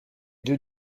deux